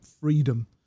freedom